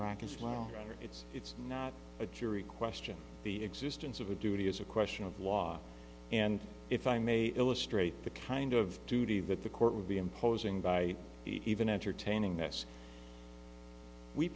longer it's it's not a jury question the existence of a duty is a question of law and if i may illustrate the kind of duty that the court would be imposing by even entertaining this we